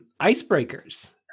icebreakers